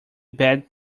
bad